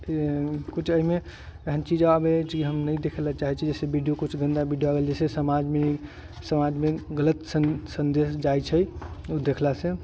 की कुछ एहि मे एहन चीज आबे जे हम नही देखे ले चाहै छी जैसे वीडियो किछु गंदा वीडियो आबि गेल जैसे समाज मे गलत संदेश जाइ छै ओ देखला से